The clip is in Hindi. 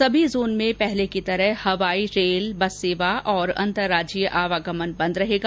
सभी जोन में पहले की तरह हवाई रेल बस सेवा और अंतराज्यीय आवागमन बंद रहेगा